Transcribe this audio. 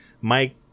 Mike